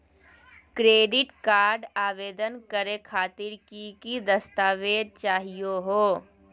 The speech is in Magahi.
क्रेडिट कार्ड आवेदन करे खातिर की की दस्तावेज चाहीयो हो?